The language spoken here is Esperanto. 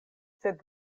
sed